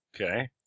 Okay